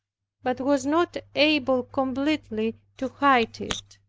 but was not able completely to hide it.